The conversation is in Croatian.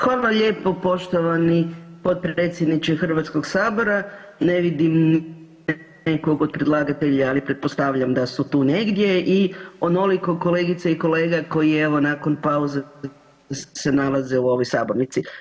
Hvala lijepo poštovani potpredsjedniče HS, ne vidim nikog od predlagatelja, ali pretpostavljam da su tu negdje i onoliko kolegice i kolege koji evo nakon pauze se nalaze u ovoj sabornici.